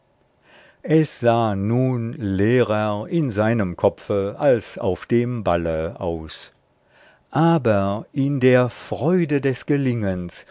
es sah nun leerer in seinem kopfe als auf dem balle aus aber in der freude des gelingens